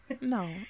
No